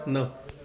न